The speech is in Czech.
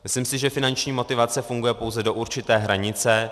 Myslím si, že finanční motivace funguje pouze do určité hranice.